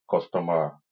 customer